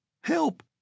Help